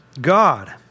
God